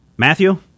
Matthew